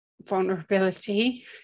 vulnerability